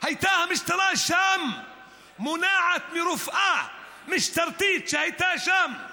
הייתה המשטרה שם מונעת מרופאה משטרתית שהייתה שם,